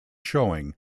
showing